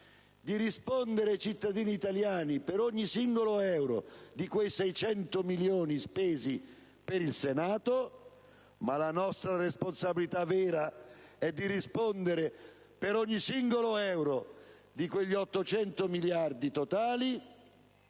di rispondere ai cittadini italiani per ogni singolo euro di quei 600 milioni spesi per il Senato. La nostra responsabilità vera, però, è di rispondere per ogni singolo euro di quegli 800 miliardi totali